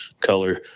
color